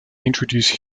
introduce